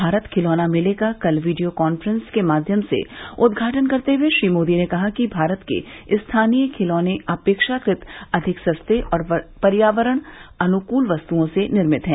भारत खिलौना मेले का कल वीडियो कान्फ्रेंस के माध्यम से उदघाटन करते हुए श्री मोदी ने कहा कि भारत के स्थानीय खिलौने अपेक्षाकृत अधिक सस्ते और पर्यावरण अनुकूल वस्तुओं से निर्मित हैं